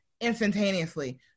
instantaneously